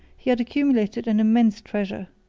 he had accumulated an immense treasure.